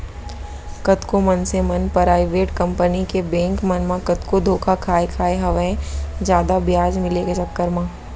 कतको मनसे मन पराइबेट कंपनी के बेंक मन म कतको धोखा खाय खाय हवय जादा बियाज मिले के चक्कर म